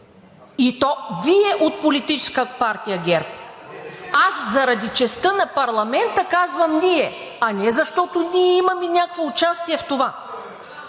и то Вие, от Политическа партия ГЕРБ (реплики) – аз заради честта на парламента казвам „ние“, а не защото ние имаме някакво участие в това,